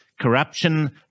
corruption